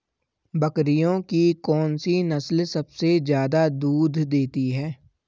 बकरियों की कौन सी नस्ल सबसे ज्यादा दूध देती है?